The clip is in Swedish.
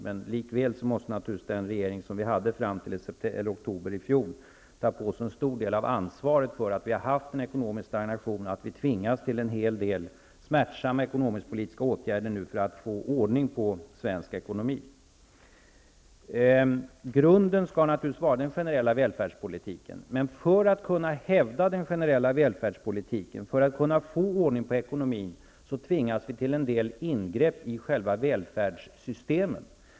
Men likväl måste den regering vi hade som satt fram till oktober i fjol ta på sig en stor del av ansvaret för att det har blivit en ekonomisk stagnation och att vi nu tvingas till en hel del smärtsamma ekonomisk-politiska åtgärder för att få ordning på den svenska ekonomin. Grunden skall naturligtvis vara den generella välfärdspolitiken. För att kunna hävda den generella välfärdspolitiken och få ordning på ekonomin tvingas vi till en del ingrepp i själva välfärdssystemet.